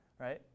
right